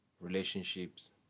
relationships